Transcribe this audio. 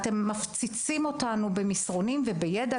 אתם מפציצים אותנו במסרונים ובידע".